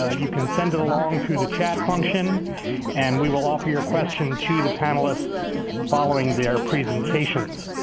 ah you can send it along to the chat function and we will offer your question to the panelists following their presentations.